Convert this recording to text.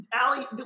Allie